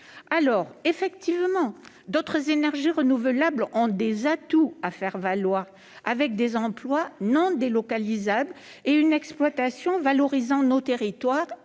Alors, effectivement, d'autres énergies renouvelables ont des atouts à faire valoir, avec des emplois non délocalisables et une exploitation valorisant nos territoires,